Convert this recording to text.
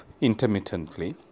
intermittently